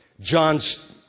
John's